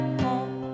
home